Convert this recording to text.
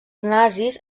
nazis